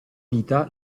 vita